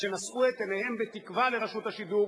שנשאו את עיניהם בתקווה לרשות השידור